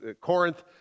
Corinth